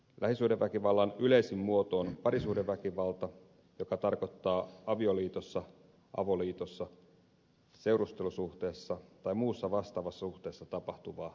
lähisuhdeväkivallan yleisin muoto on parisuhdeväkivalta joka tarkoittaa avioliitossa avoliitossa seurustelusuhteessa tai muussa vastaavassa suhteessa tapahtuvaa väkivaltaa